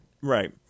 Right